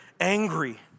angry